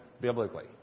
biblically